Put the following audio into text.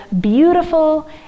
beautiful